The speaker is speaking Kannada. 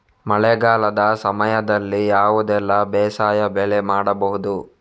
ಮಳೆಗಾಲದ ಸಮಯದಲ್ಲಿ ಯಾವುದೆಲ್ಲ ಬೇಸಾಯ ಬೆಳೆ ಮಾಡಬಹುದು?